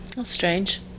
strange